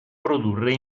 produrre